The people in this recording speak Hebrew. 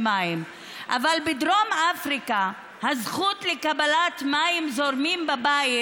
אבל בדרום אפריקה הזכות לקבלת מים זורמים בבית